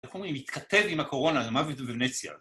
איך אומרים, מתכתב עם הקורונה ‫למוות בוונציה.